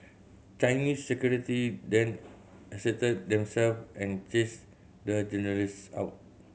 Chinese security then asserted them self and chased the journalists out